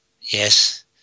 Yes